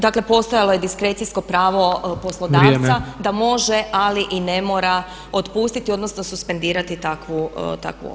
Dakle, postojalo je diskrecijsko pravo poslodavca da može ali i ne mora otpustiti odnosno suspendirati takvu osobu.